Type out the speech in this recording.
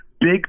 big